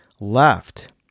left